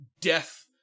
death